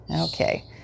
Okay